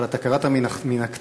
אבל אתה קראת מן הכתב,